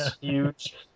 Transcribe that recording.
huge